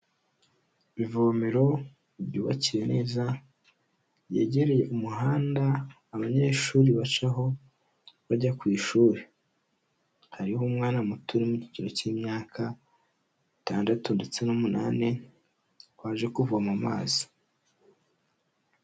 Ivomero ryubakiye neza ryegereye umuhanda abanyeshuri bacaho bajya ku ishuri, hariho umwana muto uri mu cyiciro cy'imyaka itandatu ndetse n'umunani waje kuvoma amazi.